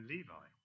Levi